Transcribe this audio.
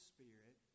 Spirit